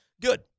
good